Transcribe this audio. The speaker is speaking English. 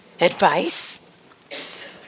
Advice